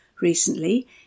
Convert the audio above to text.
Recently